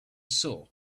saw